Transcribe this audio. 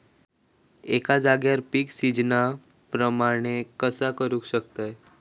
एका जाग्यार पीक सिजना प्रमाणे कसा करुक शकतय?